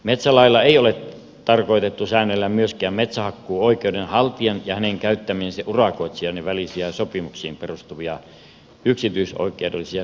metsälailla ei ole tarkoitettu säännellä myöskään metsähakkuuoikeuden haltijan ja hänen käyttämiensä urakoitsijoiden välisiä sopimuksiin perustuvia yksityisoikeudellisia suhteita